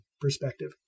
perspective